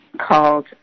called